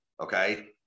okay